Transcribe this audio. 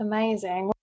Amazing